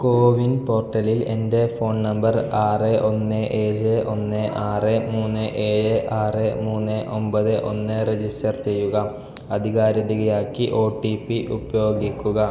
കോവിൻ പോർട്ടലിൽ എൻ്റെ phone number ആറ് ഒന്ന് ഏഴ് ഒന്ന് ആറ് മൂന്ന് ഏഴ് ആറ് മൂന്ന് ഒമ്പത് ഒന്ന് രജിസ്റ്റർ ചെയ്യുക അധികാരികതയാക്കി ഒ ടി പി ഉപയോഗിക്കുക